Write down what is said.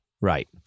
Right